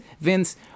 Vince